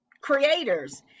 creators